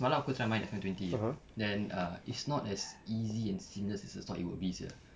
semalam aku try main F_M twenty then uh it's not as easy and seamless as I thought it would be sia